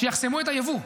שיחסמו את היבוא.